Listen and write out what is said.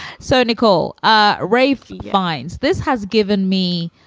so nicole ah ray finds this has given me